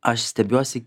aš stebiuosi